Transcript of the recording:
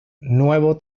nuevo